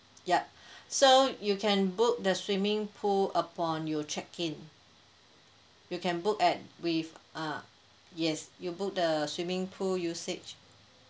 yup so you can book the swimming pool upon you check in you can book at with uh yes you book the swimming pool usage